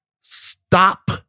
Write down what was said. Stop